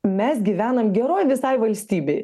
mes gyvenam geroj visai valstybėj